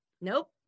Nope